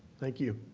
thank you.